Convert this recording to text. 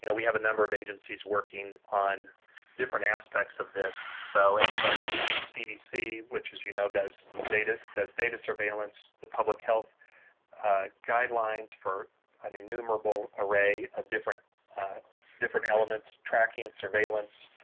you know we have a number of agencies working on different aspects of this, so everybody from cdc, which as you know does data does data surveillance, the public health guidelines for an enumerable array of different different elements, tracking, surveillance,